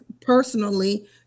personally